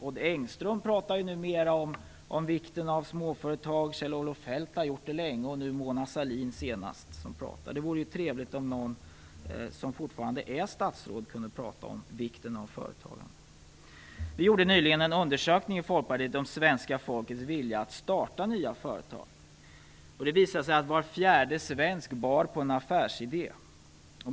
Odd Engström pratar numera om vikten av småföretag, Kjell-Olof Feldt har gjort det länge, och nu senast har Mona Sahlin gjort det. Det vore ju trevligt om någon som fortfarande är statsråd kunde prata om vikten av företagande. Folkpartiet gjorde nyligen en undersökning om svenska folkets vilja att starta nya företag. Det visade sig att var fjärde svensk bar på en affärsidé.